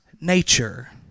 nature